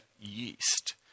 yeast